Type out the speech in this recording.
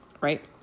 right